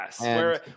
Yes